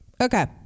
okay